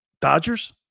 Dodgers